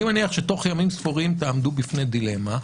אני מניח שתוך ימים ספורים תעמדו בפני דילמה,